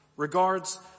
regards